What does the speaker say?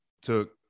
took